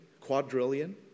quadrillion